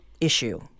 issue